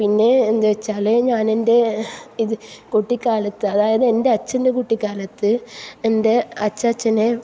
പിന്നെ എന്ത് വെച്ചാൽ ഞാനെൻ്റെ ഇത് കുട്ടിക്കാലത്ത് അതായത് എൻ്റെ അച്ഛൻ്റെ കുട്ടിക്കാലത്ത് എൻ്റെ അച്ചാച്ചനെ